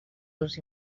els